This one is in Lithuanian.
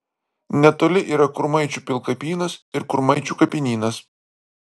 netoli yra kurmaičių pilkapynas ir kurmaičių kapinynas